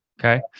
Okay